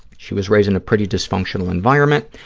she was raised in a pretty dysfunctional environment.